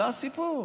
זה הסיפור.